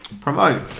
Promote